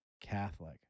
Catholic